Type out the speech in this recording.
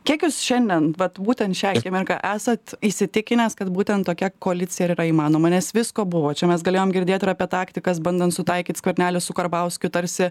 kiek jūs šiandien vat būtent šią akimirką esat įsitikinęs kad būtent tokia koalicija ir yra įmanoma nes visko buvo čia mes galėjom girdėt ir apie taktikas bandant sutaikyt skvernelį su karbauskiu tarsi